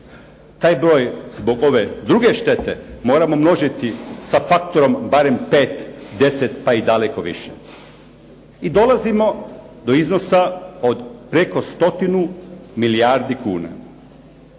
Taj broj zbog ove druge štete moramo množiti sa faktorom barem 5, 10, pa i daleko više. I dolazimo do iznosa od preko stotinu milijardi kuna